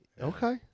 Okay